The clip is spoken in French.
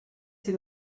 ses